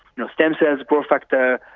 you know stem cells, growth factor,